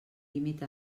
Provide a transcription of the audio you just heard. límit